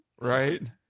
right